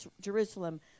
Jerusalem